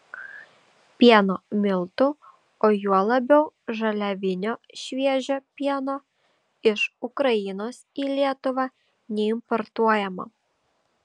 pieno miltų o juo labiau žaliavinio šviežio pieno iš ukrainos į lietuvą neimportuojama